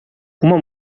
uma